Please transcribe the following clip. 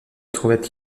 trouvait